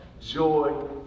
joy